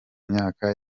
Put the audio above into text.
myaka